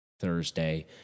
Thursday